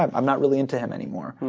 i'm not really into him anymore.